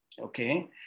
Okay